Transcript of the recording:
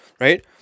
right